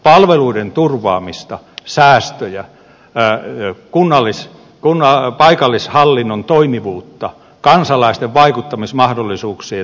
palveluiden turvaamista säästöjä paikallishallinnon toimivuutta kansalaisten vaikuttamismahdollisuuksien tukemista